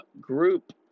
group